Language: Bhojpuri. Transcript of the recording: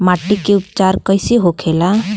माटी के उपचार कैसे होखे ला?